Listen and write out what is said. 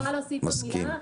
אני יכולה להוסיף עוד מילה?